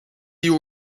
you